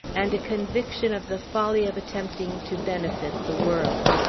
and a conviction of the folly of attempting to benefit the world.